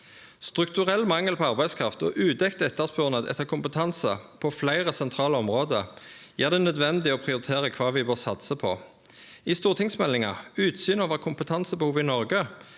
Strukturell mangel på arbeidskraft og udekt etterspurnad etter kompetanse på fleire sentrale område gjer det nødvendig å prioritere kva vi bør satse på. I stortingsmeldinga «Utsyn over kompetansebehovet i Norge»